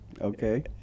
Okay